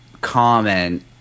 comment